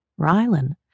Rylan